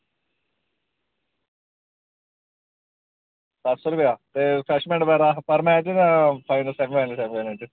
सत्त सो रपेआ ते रिफ्रैशमेंट बगैरा सर में फाइनल सेमीफाइनल च